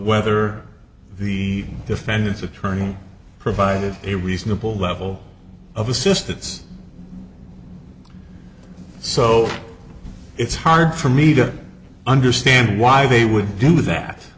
whether the defendant's attorney provided a reasonable level of assistance so it's hard for me to understand why they would do that